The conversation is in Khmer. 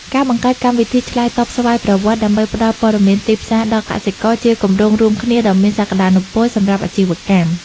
ការបង្កើតកម្មវិធីឆ្លើយឆ្លងស្វ័យប្រវត្តិដើម្បីផ្ដល់ព័ត៌មានទីផ្សារដល់កសិករ ជាគម្រោងរួមគ្នាដ៏មានសក្ដានុពលសម្រាប់អាជីវកម្ម។